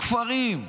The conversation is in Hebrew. לתוך כפרים,